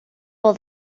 will